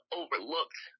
overlooked